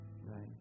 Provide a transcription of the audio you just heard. right